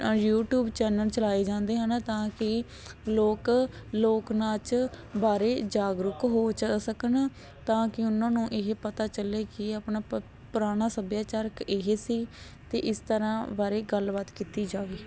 YouTube channel ਚਲਾਏ ਜਾਂਦੇ ਹਨ ਤਾਂ ਕਿ ਲੋਕ ਲੋਕ ਨਾਚ ਬਾਰੇ ਜਾਗਰੂਕ ਹੋ ਚ ਸਕਣ ਤਾਂ ਕਿ ਉਹਨਾ ਨੂੰ ਇਹ ਪਤਾ ਚੱਲੇ ਕਿ ਆਪਣਾ ਪ ਪੁਰਾਣਾ ਸਭਿਆਚਾਰ ਇਹ ਸੀ ਅਤੇ ਇਸ ਤਰ੍ਹਾਂ ਬਾਰੇ ਗੱਲਬਾਤ ਕੀਤੀ ਜਾਵੇ